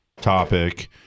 topic